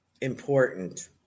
important